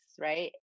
right